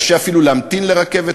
קשה אפילו להמתין לרכבת,